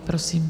Prosím.